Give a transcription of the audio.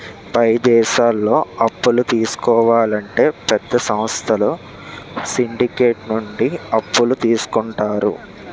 పై దేశాల్లో అప్పులు తీసుకోవాలంటే పెద్ద సంస్థలు సిండికేట్ నుండి అప్పులు తీసుకుంటారు